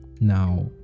Now